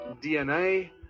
DNA